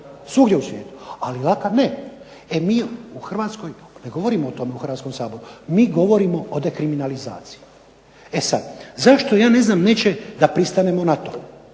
svugdje u svijetu, ali laka ne. E, mi u Hrvatskoj ne govorimo o tome u Hrvatskom saboru, mi govorimo o dekriminalizaciji. E sad, zašto ja ne znam neće da pristanemo na to?